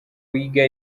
wiga